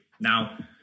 Now